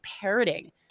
parroting